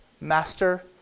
master